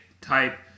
type